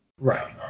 Right